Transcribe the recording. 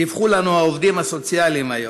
דיווחו לנו העובדים הסוציאליים היום.